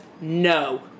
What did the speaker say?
no